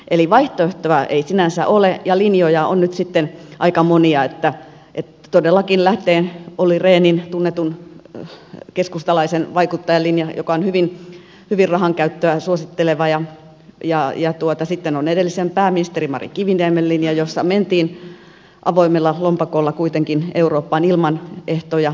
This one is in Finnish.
eli vaihtoehtoa ei sinänsä ole ja linjoja on nyt sitten aika monia todellakin lähtien olli rehnin tunnetun keskustalaisen vaikuttajan linjasta joka on hyvin rahankäyttöä suositteleva ja sitten on edellisen pääministerin mari kiviniemen linja jossa mentiin avoimella lompakolla kuitenkin eurooppaan ilman ehtoja